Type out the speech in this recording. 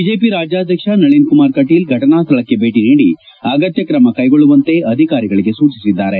BJP ರಾಜ್ಗಾಧ್ಯಕ್ಷ ನಳನ್ ಕುಮಾರ್ ಕಟೀಲ್ ಫಟನಾ ಸ್ನಳಕ್ಷೆ ಭೇಟಿ ನೀಡಿ ಅಗತ್ಯ ಕ್ರಮ ಕೈಗೊಳ್ಳುವಂತೆ ಅಧಿಕಾರಿಗಳಿಗೆ ಸೂಚಿಸಿದ್ದಾರೆ